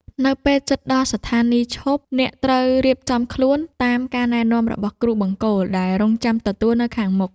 នៅពេលជិតដល់ស្ថានីយឈប់ អ្នកត្រូវរៀបចំខ្លួនតាមការណែនាំរបស់គ្រូបង្គោលដែលរង់ចាំទទួលនៅខាងមុខ។